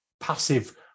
passive